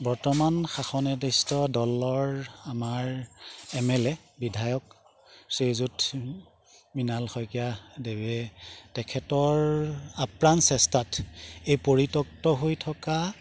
বৰ্তমান শাসনাধিষ্ঠ দলৰ আমাৰ এম এল এ বিধায়ক শ্ৰীযুত মৃণাল শইকীয়া দেৱে তেখেতৰ আপ্ৰাণ চেষ্টাত এই পৰিত্যক্ত হৈ থকা